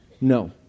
no